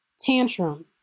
tantrum